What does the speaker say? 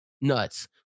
Nuts